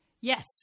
Yes